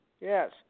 Yes